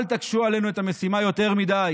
אל תקשו עלינו את המשימה יותר מדי.